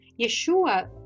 Yeshua